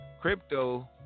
crypto